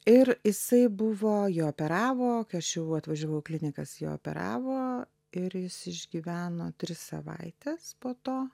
ir jisai buvo jį operavo kai aš jau atvažiavau į klinikas jo operavo ir jis išgyveno tris savaites po to